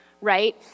right